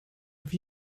have